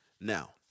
Now